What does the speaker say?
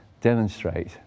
demonstrate